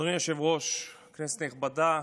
אדוני היושב-ראש, כנסת נכבדה,